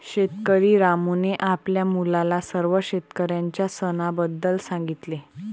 शेतकरी रामूने आपल्या मुलाला सर्व शेतकऱ्यांच्या सणाबद्दल सांगितले